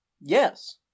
Yes